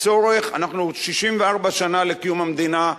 64 שנה לקיום המדינה,